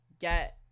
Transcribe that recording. get